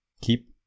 keep